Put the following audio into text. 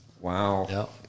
Wow